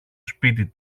σπίτι